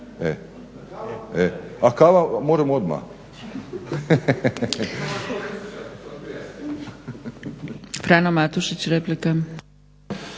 A kava možemo odmah.